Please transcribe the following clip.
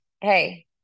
Hey